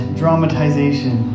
dramatization